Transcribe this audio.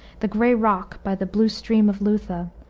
the gray rock by the blue stream of lutha,